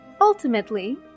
Ultimately